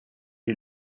est